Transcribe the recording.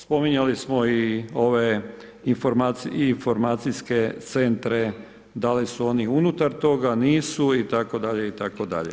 Spominjali smo i ove informacijske centre, da li su oni unutar toga, nisu itd., itd.